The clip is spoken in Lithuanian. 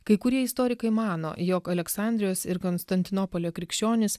kai kurie istorikai mano jog aleksandrijos ir konstantinopolio krikščionys